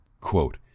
quote